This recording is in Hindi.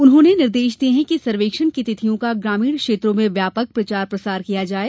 उन्होंने निर्देश दिये कि सर्वेक्षण की तिथियों का ग्रामीण क्षेत्रों में व्यापक प्रचार प्रसार किया जाये